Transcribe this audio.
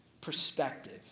perspective